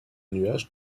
nuage